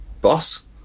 boss